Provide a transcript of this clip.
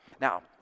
Now